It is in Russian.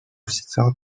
всецело